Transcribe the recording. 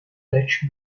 touch